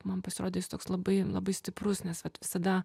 man pasirodė jis toks labai labai stiprus nes visada